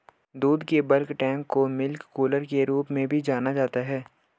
दूध के bulk tank को मिल्क कूलर के रूप में भी जाना जाता है